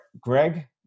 Greg